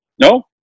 No